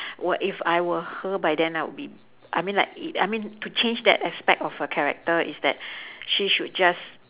what if I were her by then I'll be I mean like I mean to change that aspect of her character is that she should just